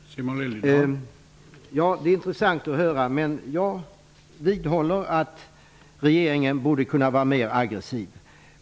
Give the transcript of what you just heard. Herr talman! Det var intressant att höra, men jag vidhåller att regeringen borde kunna vara mer aggressiv.